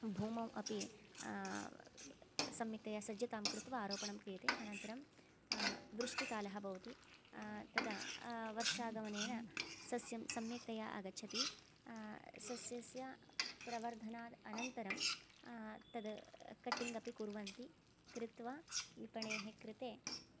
भूमौ अपि सम्यक्तया सज्जतां कृत्वा आरोपणं क्रियते अनन्तरं वृष्टिकालः भवति तदा वर्षागमनेन सस्यं सम्यक्तया आगच्छति सस्यस्य प्रवर्धनादनन्तरं तत् कटिङ्ग् अपि कुर्वन्ति कृत्वा विपणेः कृते